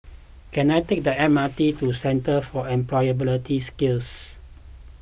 can I take the M R T to Centre for Employability Skills